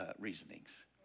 reasonings